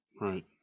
Right